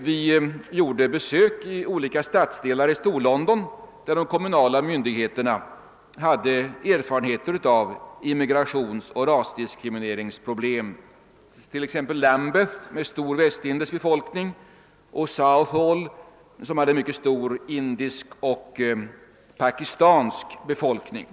Vi gjorde besök i olika stadsdelar i Storlondon, där de kommunala myndigheterna hade erfarenheter av immigrationsoch rasdiskrimineringsproblem t.ex. Lambeth med stor västindisk befolkning och Southall med en mycket stor indisk och pakistansk befolkning.